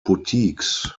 boutiques